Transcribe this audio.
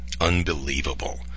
Unbelievable